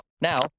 Now